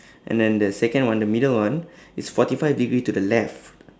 and then the second one the middle one is forty five degree to the left